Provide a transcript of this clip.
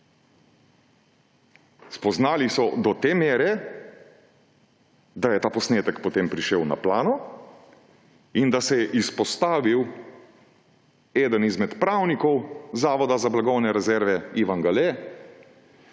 Spoznali so do te mere, da je ta posnetek potem prišel na plano in da se je izpostavil eden izmed pravnikov Zavoda za blagovne rezerve Ivan Gale